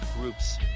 groups